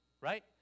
right